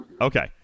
Okay